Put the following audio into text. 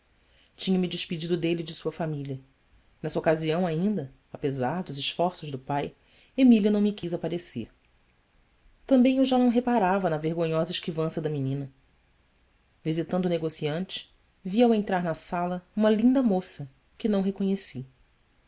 duarte tinha-me despedido dele e de sua família nessa ocasião ainda apesar dos esforços do pai emília não me quis aparecer também eu já não reparava na vergonhosa esquivança da menina visitando o negociante vi ao entrar na sala uma linda moça que não reconheci